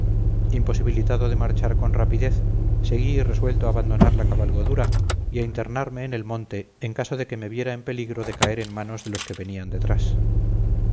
imposibilitado de marchar con rapidez seguí resuelto a abandonar la cabalgadura y a internarme en el monte en caso de que me viera en peligro de caer en manos de los que venían detrás